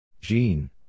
Jean